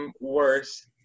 worse